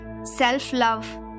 Self-love